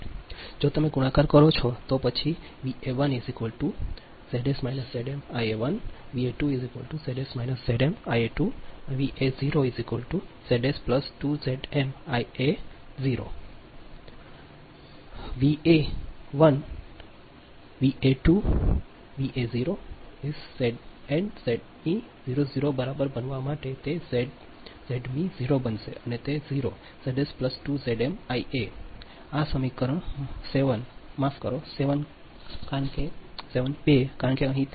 જો તમે ગુણાકાર કરો છો તો પછી શું થશે કે આ VA 1 VA 2 VA 0 is Z Z m 0 0 બરાબર બનવા માટે તે 0 ઝેડ ઝેડમી 0 બનશે અને તે 0 0 Zs 2 Zm IA 1 IA 2 IA 0 છે આ સમીકરણ 7 2 માફ 7 છે કારણ કે અહીં